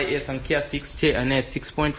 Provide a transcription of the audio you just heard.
5 એ સંખ્યા 6 છે તેથી 7